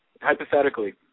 Hypothetically